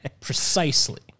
Precisely